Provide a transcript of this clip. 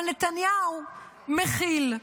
אבל נתניהו מכיל.